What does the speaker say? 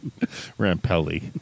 Rampelli